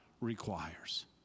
requires